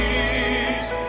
Peace